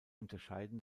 unterscheiden